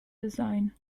design